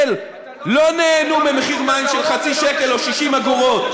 לא נהנו ממחיר מים של חצי שקל או 60 אגורות,